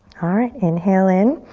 alright, inhale in.